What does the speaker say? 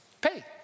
Pay